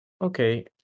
Okay